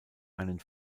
einen